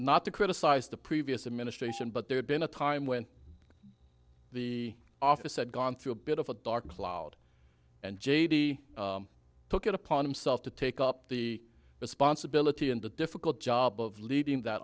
not to criticize the previous administration but there have been a time when the officer had gone through a bit of a dark cloud and j d took it upon himself to take up the responsibility and the difficult job of leading that